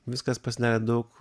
viskas pasidarė daug